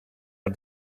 are